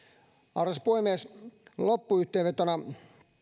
arvoisa puhemies loppuyhteenvetona